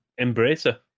Embracer